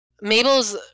Mabel's